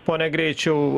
pone greičiau